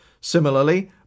Similarly